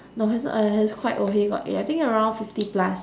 no he's not uh he's quite old he got I think around fifty plus